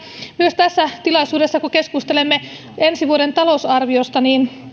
myös tässä tilaisuudessa kun keskustelemme ensi vuoden talousarviosta